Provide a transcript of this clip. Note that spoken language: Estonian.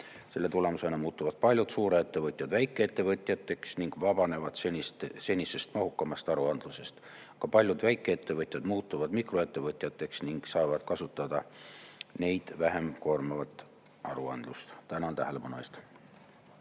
Selle tulemusena muutuvad paljud suurettevõtjad väikeettevõtjateks ning vabanevad senisest mahukamast aruandlusest. Paljud väikeettevõtjad muutuvad mikroettevõtjateks ning saavad kasutada neid vähem koormavat aruandlust. Tänan tähelepanu eest!